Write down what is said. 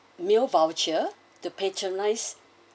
meal voucher to patronize